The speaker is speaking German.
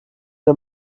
wir